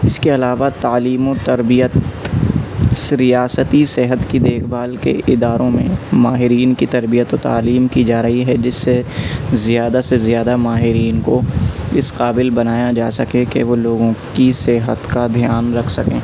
اس کے علاوہ تعلیم و تربیت ریاستی صحت كی دیکھ بھال کے اداروں میں ماہرین كی تریبت و تعلیم کی جا رہی ہے جس سے زیادہ سے زیادہ ماہرین کو اس قابل بنایا جا سکے کہ وہ لوگوں کی صحت کا دھیان رکھ سکیں